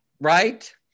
right